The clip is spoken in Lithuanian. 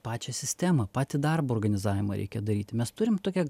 pačią sistemą patį darbo organizavimą reikia daryti mes turim tokią